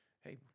hey